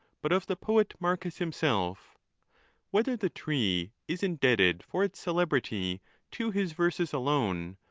but of the poet marcus him self whether the tree is indebted for its celebrity to his verses alone,